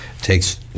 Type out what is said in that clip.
takes